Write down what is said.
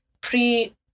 pre